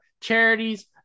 charities